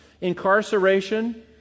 incarceration